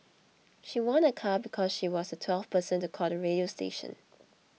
she won a car because she was the twelfth person to call the radio station